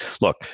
look